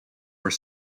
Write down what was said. were